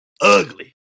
ugly